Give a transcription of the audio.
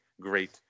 great